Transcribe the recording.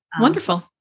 Wonderful